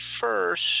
first